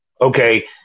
Okay